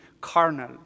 carnal